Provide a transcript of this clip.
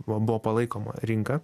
buv buvo palaikoma rinka